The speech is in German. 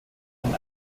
sind